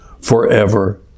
forever